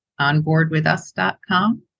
onboardwithus.com